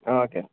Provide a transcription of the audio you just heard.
ஆ okay